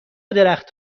درخت